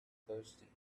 thirsty